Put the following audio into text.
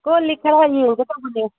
ꯀꯣꯜꯂꯤꯛ ꯈꯔ ꯌꯦꯡꯒꯦ ꯇꯧꯕꯅꯦ